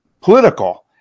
political